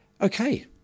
Okay